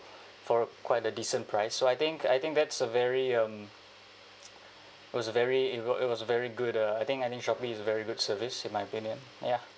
for quite a decent price so I think I think that's a very um was very it was it was a very good uh I think any shopee is very good service in my opinion ya